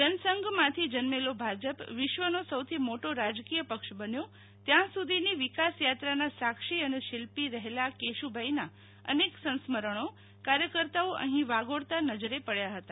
જનસંઘ માંથી જન્મેલો ભાજપ વિશ્વનો સૌથી મોટો રાજકીય પક્ષ બન્યો ત્યાં સુ ધીની વિકાસ યાત્રાના સાક્ષી અને શિલ્પી રહેલા કેશુ ભાઈના અનેક સંસ્મરણી કાર્યકર્તા અહી વાગોળતાં નજરે પડ્યા હતા